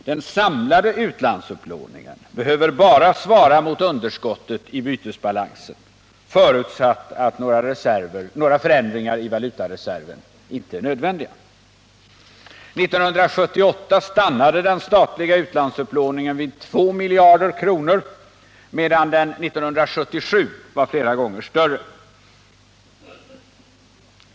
Den samlade utlandsupplåningen behöver bara svara mot underskottet i bytesbalansen, förutsatt att några förändringar i valutareserven inte är nödvändiga. 1978 stannade denna statliga utlandsupplåning vid 2 miljarder kronor, medan den 1977 var flera gånger större.